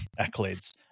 accolades